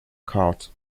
court